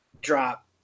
drop